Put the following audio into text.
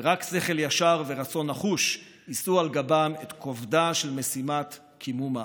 רק שכל ישר ורצון נחוש יישאו על גבם את כובדה של משימת קימום העם.